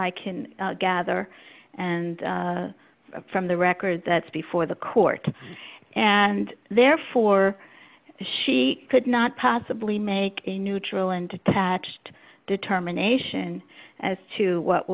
i can gather and from the record that's before the court and therefore she could not possibly make a neutral and detached determination as to what